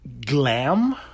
glam